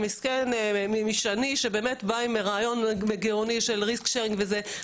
מסכן משני שבאמת באה עם רעיון גאוני של risk sharing וזה,